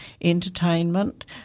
entertainment